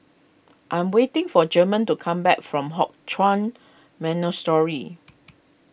I'm waiting for German to come back from Hock Chuan Monastery